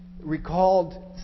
recalled